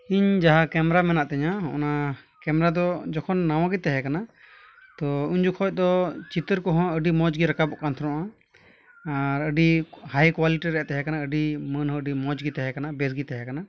ᱤᱧ ᱡᱟᱦᱟᱸ ᱠᱮᱢᱨᱟ ᱢᱮᱱᱟᱜ ᱛᱤᱧᱟᱹ ᱚᱱᱟ ᱠᱮᱢᱨᱟ ᱫᱚ ᱡᱚᱠᱷᱚᱱ ᱱᱟᱣᱟᱜᱮ ᱛᱮᱦᱮᱸᱠᱟᱱᱟ ᱛᱳ ᱩᱱ ᱡᱚᱠᱷᱮᱡᱫᱚ ᱪᱮᱛᱟᱹᱨ ᱠᱚᱦᱚᱸ ᱟᱹᱰᱤ ᱢᱚᱡᱽᱜᱮ ᱨᱟᱠᱟᱵᱚᱜ ᱠᱟᱱ ᱛᱮᱦᱮᱱᱟ ᱟᱨ ᱟᱹᱰᱤ ᱦᱟᱭ ᱠᱳᱣᱟᱞᱤᱴᱤ ᱨᱮᱭᱟᱜ ᱛᱮᱦᱮᱸᱠᱟᱱᱟ ᱟᱹᱰᱤ ᱢᱟᱹᱱᱦᱚᱸ ᱟᱹᱰᱤ ᱢᱚᱡᱽᱜᱮ ᱛᱮᱦᱮᱸᱠᱟᱱᱟ ᱵᱮᱥᱜᱮ ᱛᱮᱦᱮᱸᱠᱟᱱᱟ